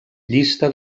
llista